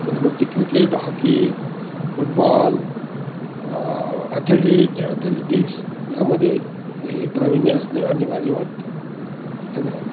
म्हणजे मग ते cricket hockey football athlete athletics यामध्ये ते प्राविण्य असणे आनिवार्य वाटतं धन्यवाद